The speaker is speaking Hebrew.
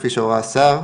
כפי שהורה השר,